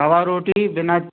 तवा रोटी बिना